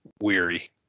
weary